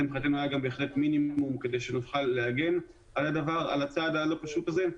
זה בהחלט היה מינימום כדי שנוכל להגן על הצעד הלא פשוט הזה.